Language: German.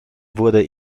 wurde